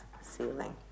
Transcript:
ceiling